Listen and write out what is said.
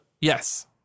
Yes